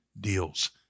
deals